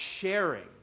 sharing